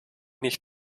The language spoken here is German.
nicht